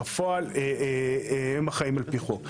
בפועל הם אחראים על פי חוק.